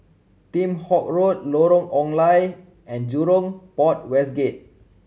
Kheam Hock Road Lorong Ong Lye and Jurong Port West Gate